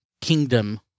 Kingdom